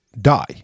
die